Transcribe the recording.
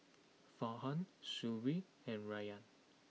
Farhan Shuib and Rayyan